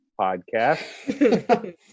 podcast